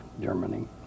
Germany